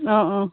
অঁ অঁ